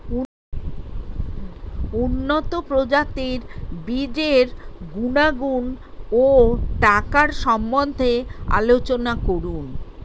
উন্নত প্রজাতির বীজের গুণাগুণ ও টাকার সম্বন্ধে আলোচনা করুন